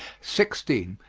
sixteen.